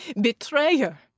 Betrayer